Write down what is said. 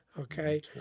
Okay